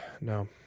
No